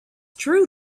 true